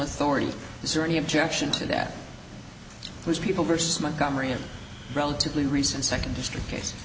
authorities is there any objection to that it was people versus montgomery a relatively recent second district case